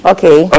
Okay